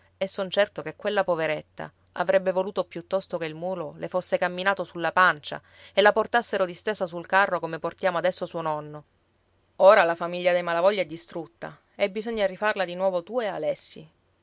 e son certo che quella poveretta avrebbe voluto piuttosto che il mulo le fosse camminato sulla pancia e la portassero distesa sul carro come portiamo adesso suo nonno ora la famiglia dei malavoglia è distrutta e bisogna rifarla di nuovo tu e alessi